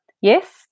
Yes